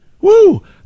Woo